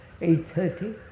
eight-thirty